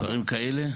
דברים כאלה?